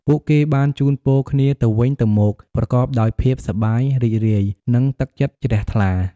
ពួកគេបានជូនពរគ្នាទៅវិញទៅមក ប្រកបដោយភាពសប្បាយរីករាយ និង ទឹកចិត្តជ្រះថ្លា។